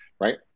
right